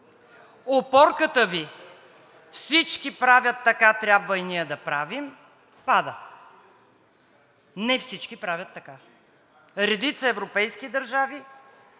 Опорката Ви: „Всички правят така, трябва и ние да правим“, пада. Не всички правят така! Редица европейски държави